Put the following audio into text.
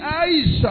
eyes